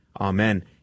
Amen